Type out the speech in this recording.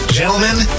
gentlemen